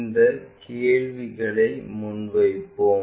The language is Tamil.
இந்த கேள்வியை முன்வைப்போம்